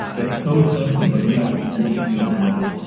it's so simple but yet, it's completely overlooked.